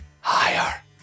higher